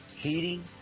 heating